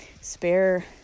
spare